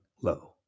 low